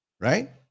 Right